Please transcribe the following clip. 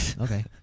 Okay